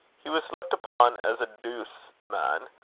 he was looked upon as a douce man,